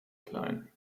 klein